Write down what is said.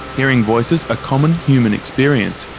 hearing voices a common human experience,